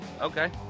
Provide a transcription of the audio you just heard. Okay